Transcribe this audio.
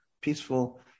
peaceful